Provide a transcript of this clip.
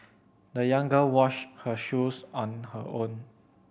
the young girl washed her shoes on her own